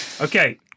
Okay